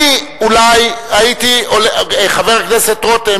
אני אולי הייתי חבר הכנסת רותם,